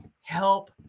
help